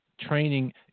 training